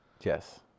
Yes